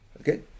Okay